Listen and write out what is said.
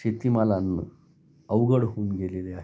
शेतीमाल आणून अवघड होऊन गेलेले आहे